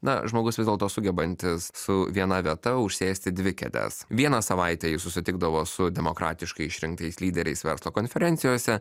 na žmogus vis dėlto sugebantis su viena vieta užsėsti dvi kėdes vieną savaitę jis susitikdavo su demokratiškai išrinktais lyderiais verslo konferencijose